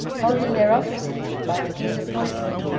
holding their offices by the king's appointment,